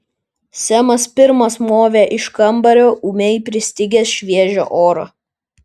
semas pirmas movė iš kambario ūmiai pristigęs šviežio oro